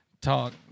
talk